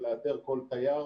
ולאתר כל תייר,